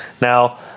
Now